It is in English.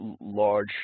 large